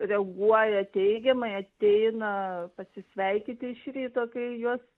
reaguoja teigiamai ateina pasisveikyti iš ryto kai juos